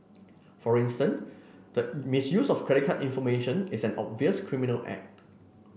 for instance the misuse of credit card information is an obvious criminal act